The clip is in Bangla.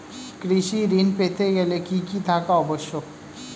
কৃষি ঋণ পেতে গেলে কি কি থাকা আবশ্যক?